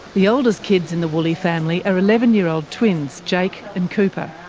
the oldest kids in the woolley family are eleven year old twins, jake and cooper.